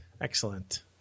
excellent